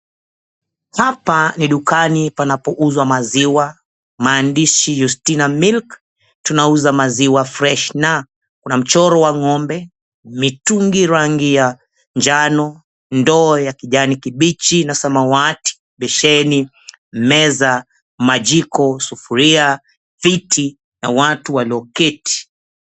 Hapa ni dukani panapouzwa maziwa. Maandishi "Yustina milk, Tunauza maziwa fresh," na kuna mchoro wa ng'ombe, mitungi rangi ya njano, ndoo ya kijani kibichi na samawati, besheni, meza, majiko, sufuria, viti na watu walioketi.